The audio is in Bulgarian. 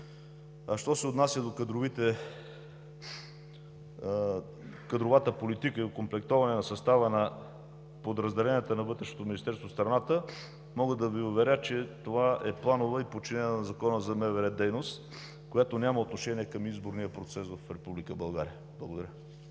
Що се отнася до кадровата политика и окомплектоване на състава на подразделенията на Вътрешното министерство в страната, мога да Ви уверя, че това е планова и подчинена на Закона за МВР дейност, която няма отношение към изборния процес в Република България. Благодаря.